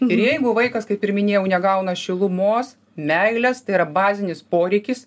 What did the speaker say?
ir jeigu vaikas kaip ir minėjau negauna šilumos meilės tai yra bazinis poreikis